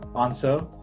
answer